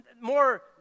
more